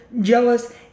jealous